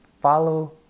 follow